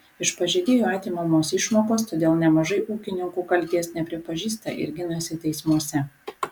iš pažeidėjų atimamos išmokos todėl nemažai ūkininkų kaltės nepripažįsta ir ginasi teismuose